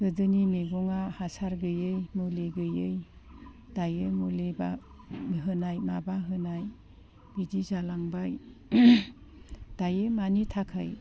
गोदोनि मैगंआ हासार गैयि मुलि गैयि दायो मुलि होनाय माबा होनाय बिदि जालांबाय दायो मानि थाखाय